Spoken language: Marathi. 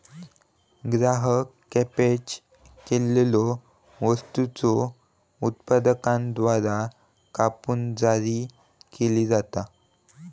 ग्राहक पॅकेज केलेल्यो वस्तूंच्यो उत्पादकांद्वारा कूपन जारी केला जाता